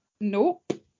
Nope